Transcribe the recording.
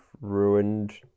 ruined